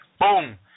Boom